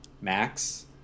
Max